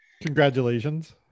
Congratulations